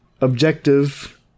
objective